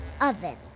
oven